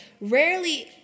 Rarely